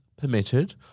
permitted